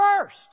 first